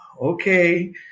okay